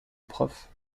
prof